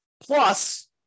Plus